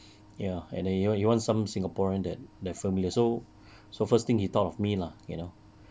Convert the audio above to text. ya and he wan~ he want some singaporean that that familiar so so first thing he thought of me lah you know